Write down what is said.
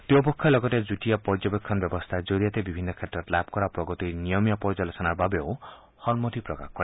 দুয়োপক্ষই লগতে যুটীয়া পৰ্যবেক্ষণ ব্যৱস্থাৰ জৰিয়তে বিভিন্ন ক্ষেত্ৰত লাভ কৰা প্ৰগতিৰ নিয়মীয়া পৰ্যালোচনাৰ বাবেও সন্মতি প্ৰকাশ কৰে